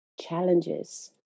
challenges